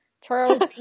Charles